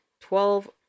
twelve